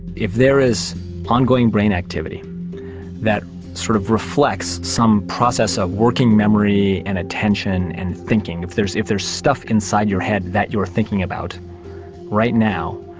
if there is ongoing brain activity that sort of reflects some process of working memory and attention and thinking, if there's if there's stuff inside your head that you are thinking about right now,